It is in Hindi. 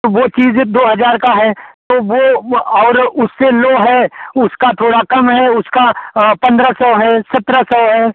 तो वह चीज़ दो हज़ार का है तो वह वह और उससे लो है उसका थोड़ा कम है उसका पंद्रह सौ है सत्रह सौ है